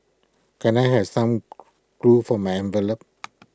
can I have some glue for my envelopes